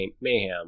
Mayhem